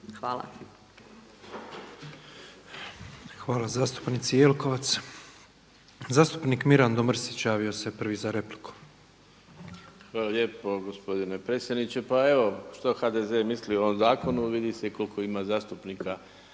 Hvala zastupnici Jelkovac. Zastupnik Mirando Mrsić javio se prvi za repliku. **Mrsić, Mirando (SDP)** Hvala lijepo gospodine predsjedniče. Pa evo što HDZ misli o ovom zakonu vidi se i koliko ima zastupnika